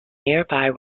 nearby